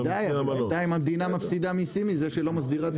בנתיים המדינה מפסידה מיסים מזה שהיא לא מסדירה.